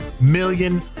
million